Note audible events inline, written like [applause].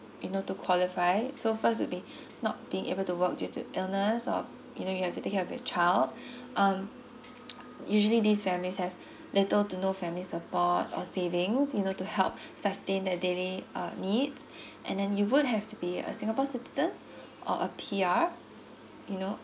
you know to qualify so first will be [breath] not being able to work due to illness or you know you have to take care of your child [breath] um usually these families have little to no family support or savings you know to help [breath] sustain their daily uh needs [breath] and then you would have to be a singapore citizen or a P_R you know